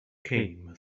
came